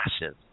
massive